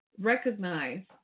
recognize